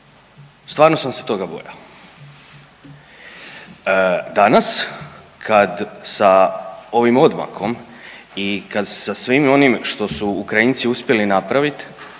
stvarno sam se toga bojao. Danas kad sa ovim odmakom i kad sa svime onim što su Ukrajinci uspjeli napravit,